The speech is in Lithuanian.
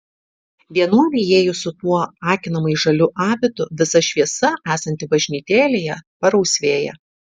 vienuolei įėjus su tuo akinamai žaliu abitu visa šviesa esanti bažnytėlėje parausvėja